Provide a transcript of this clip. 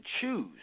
choose